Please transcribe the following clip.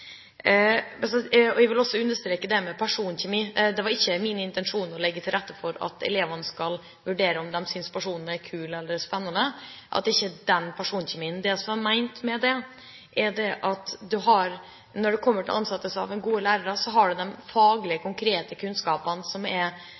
Jeg vil også understreke det med personkjemi. Det var ikke min intensjon å legge til rette for at elevene skal vurdere om de synes personene er kule eller spennende, det gjelder ikke den personkjemien. Det jeg mente, er at når det kommer til ansettelse av gode lærere, har man de faglige, konkrete kunnskapene som er nedfelt på papiret i form av utdanning og karakterer. Men du har